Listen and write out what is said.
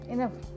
Enough